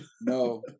No